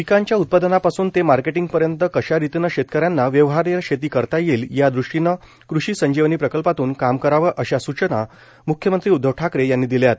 पिकांच्या उत्पादनापासून ते मार्केटिंगपर्यंत कशा रितीनं शेतकऱ्यांना व्यवहार्य शेती करता येईल या दृष्टीनं कृषी संजीवनी प्रकल्पातून काम करावं अशा सूचना म्ख्यमंत्री उद्धव ठाकरे यांनी दिल्यात